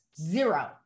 zero